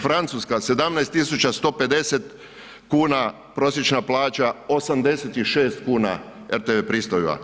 Francuska 17.150 kuna prosječna plaća, 86 kuna rtv pristojba.